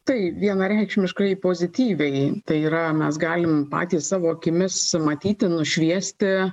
tai vienareikšmiškai pozityviai tai yra mes galim patys savo akimis matyti nušviesti